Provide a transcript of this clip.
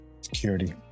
security